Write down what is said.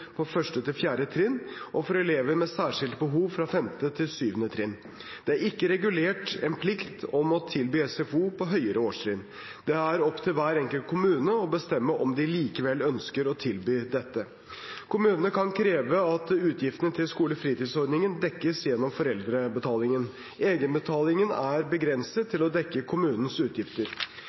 på 1.–4. trinn og for elever med særskilte behov på 5.–7. trinn. Det er ikke regulert en plikt å tilby SFO for høyere årstrinn. Det er opp til hver enkelt kommune å bestemme om de likevel ønsker å tilby dette. Kommunene kan kreve at utgiftene til skolefritidsordningen dekkes gjennom foreldrebetalingen. Egenbetalingen er begrenset til å dekke kommunens utgifter.